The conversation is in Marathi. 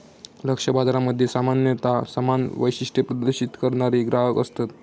लक्ष्य बाजारामध्ये सामान्यता समान वैशिष्ट्ये प्रदर्शित करणारे ग्राहक असतत